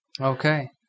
Okay